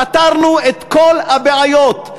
פתרנו את כל הבעיות.